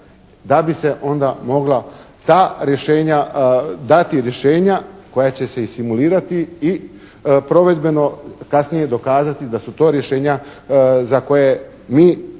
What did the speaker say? da bi se onda mogla ta rješenja, dati rješenja koja će se isimulirati i provedbeno kasnije dokazati da su to rješenja za koje mi